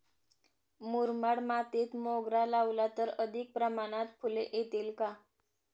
मुरमाड मातीत मोगरा लावला तर अधिक प्रमाणात फूले येतील का?